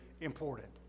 important